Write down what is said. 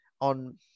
On